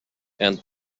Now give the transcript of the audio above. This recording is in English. and